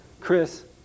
Chris